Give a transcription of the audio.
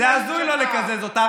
זה הזוי לא לקזז אותה.